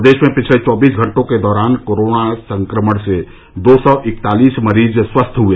प्रदेश में पिछले चौबीस घंटों के दौरान कोरोना संक्रमण से दो सौ इकतालीस मरीज स्वस्थ हुए